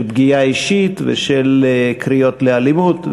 של פגיעה אישית ושל קריאות לאלימות,